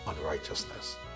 unrighteousness